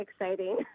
exciting